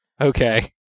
Okay